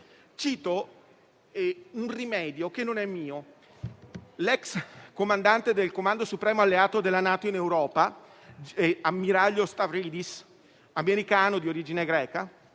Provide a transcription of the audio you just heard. Cito un rimedio, che non è mio. L'ex comandante del Comando supremo alleato della NATO in Europa, ammiraglio Stavridis, americano di origine greca,